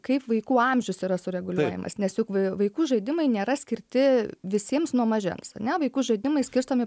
kaip vaikų amžius yra sureguliuojamas nes juk vai vaikų žaidimai nėra skirti visiems nuo mažens ane vaikų žaidimai skirstomi